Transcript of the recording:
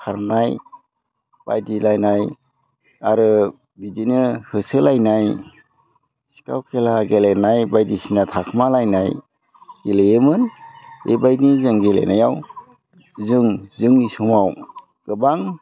खारनाय बादिलायनाय आरो बिदिनो होसोलायनाय सिखाव खेला गेलेनाय बायदिसिना थाखोमालायनाय गेलेयोमोन बेबायदिनो जों गेलेनायाव जों जोंनि समाव गोबां